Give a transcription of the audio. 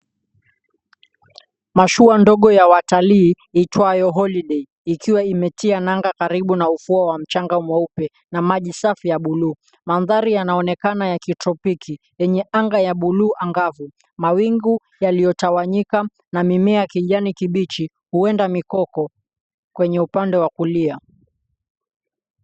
Mashua ndogo ya watalii iitwayo 'Holiday' ikiwa imetia nanga karibu na ufuo wa mchanga mweupe na maji safi ya buluu. Mandhari yanaonekana ya kitropiki yenye anga ya buluu angavu, mawingu yaliyotawanyika na mimea ya kijani kibichi huenda mikoko kwenye upande wa kulia.